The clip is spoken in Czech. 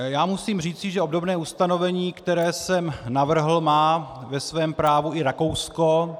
Já musím říci, že obdobné ustanovení, které jsem navrhl, má ve svém právu i Rakousko.